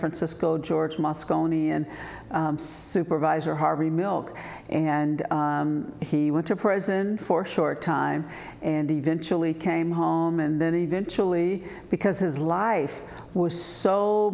francisco george moscone and supervisor harvey milk and he went to prison for short time and eventually came home and then eventually because his life was so